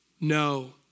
no